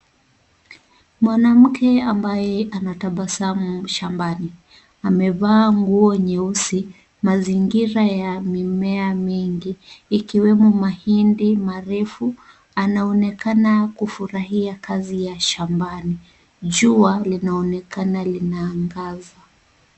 Mwanamke ambaye anatabasamu shambani. Amevaa nguo nyeusi. Mazingira ya mimea mingi ikiwemo mahindi marefu. Anaonekana kufurahia kazi ya shambani. Jua linaonekana linaangaza.